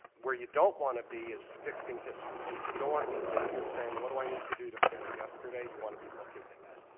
where you don't want to be is fixing history. you don't want to be sitting here saying what do i need to do to fix yesterday, we want to be looking ahead.